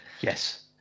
Yes